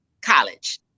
college